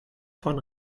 von